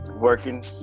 working